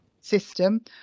system